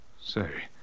Say